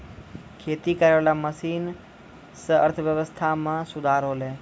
खेती करै वाला मशीन से अर्थव्यबस्था मे सुधार होलै